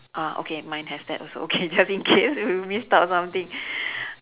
ah okay mine has that also okay just in case that we missed out something